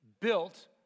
built